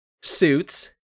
suits